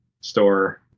store